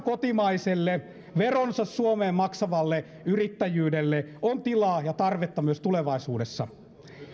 kotimaiselle veronsa suomeen maksavalle yrittäjyydelle on tilaa ja tarvetta myös tulevaisuudessa